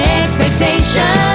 expectations